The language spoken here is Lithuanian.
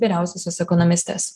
vyriausiosios ekonomistės